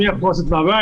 מי יכול לצאת מהבית,